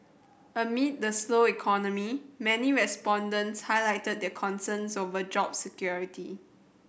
amid the slow economy many respondents highlighted the concerns over job security